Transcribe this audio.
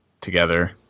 together